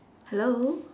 hello